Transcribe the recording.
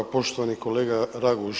Poštovani kolega Raguž.